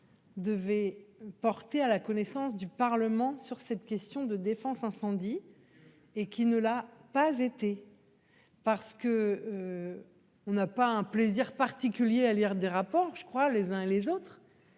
Devait porter à la connaissance du Parlement sur cette question de défense incendie. Et qui ne l'a pas été. Parce que. On n'a pas un plaisir particulier à lire des rapports je crois les uns et les autres.